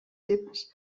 seves